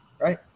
right